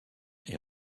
est